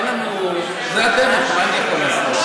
אין לנו, זו הדרך, מה אני יכול לעשות?